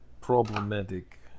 problematic